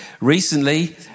recently